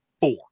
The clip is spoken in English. four